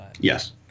yes